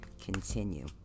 Continue